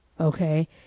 okay